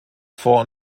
vor